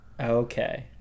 Okay